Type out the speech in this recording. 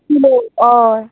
kilo हय